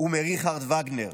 ומריכרד ואגנר.